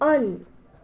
on